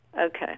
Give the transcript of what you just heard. Okay